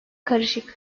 karışık